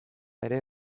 ere